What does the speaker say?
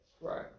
Right